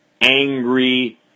angry